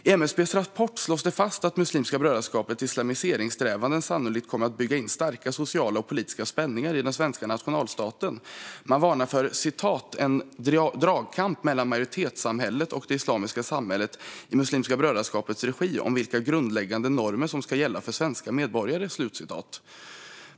I MSB:s rapport slås det fast att Muslimska brödraskapets islamiseringssträvanden sannolikt kommer att bygga in starka sociala och politiska spänningar i den svenska nationalstaten. Man varnar för "en 'dragkamp' mellan majoritetssamhället och det islamiska samhället i MB:s regi om vilka grundläggande normer som ska gälla för svenska medborgare".